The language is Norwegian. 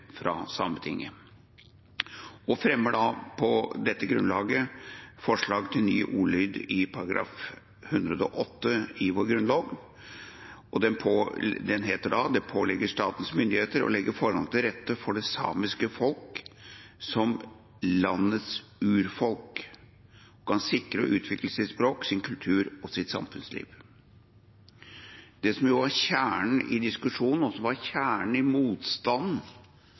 fra Sametinget og fremmer på dette grunnlaget følgende forslag til ny ordlyd i § 108 i vår grunnlov: «Det påligger statens myndigheter å legge forholdene til rette for at det samiske folk, som landets urfolk, kan sikre og utvikle sitt språk, sin kultur og sitt samfunnsliv.» Det som er kjernen i diskusjonen, og som var kjernen i motstanden